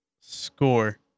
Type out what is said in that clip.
score